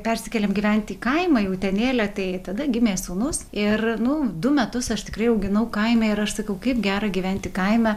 persikėlėm gyventi į kaimą į utenėlę tai tada gimė sūnus ir nu du metus aš tikrai auginau kaime ir aš sakau kaip gera gyventi kaime